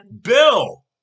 Bill